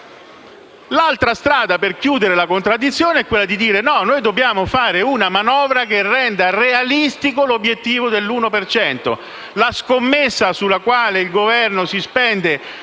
L'altra strada per chiudere la contraddizione è dire che dobbiamo fare una manovra che renda realistico l'obiettivo dell'1